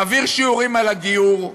נעביר שיעורים על הגיור,